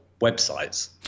websites